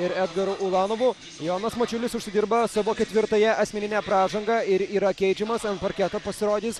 ir edgaru ulanovu jonas mačiulis užsidirba savo ketvirtąją asmeninę pražangą ir yra keičiamas ant parketo pasirodys